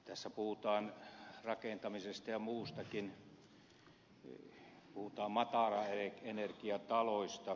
tässä puhutaan rakentamisesta ja muustakin puhutaan matalaenergiataloista